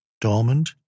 dormant